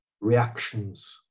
reactions